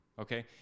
okay